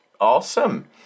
Awesome